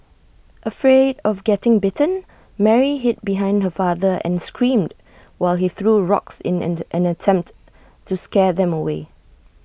afraid of getting bitten Mary hid behind her father and screamed while he threw rocks in an attempt to scare them away